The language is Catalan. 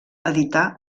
edità